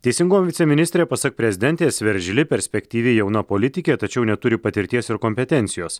teisingumo viceministrė pasak prezidentės veržli perspektyvi jauna politikė tačiau neturi patirties ir kompetencijos